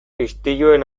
istiluen